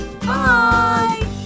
bye